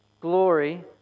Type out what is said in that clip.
Glory